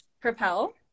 Propel